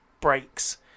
breaks